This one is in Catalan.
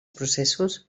processos